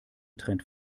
trend